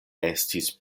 estis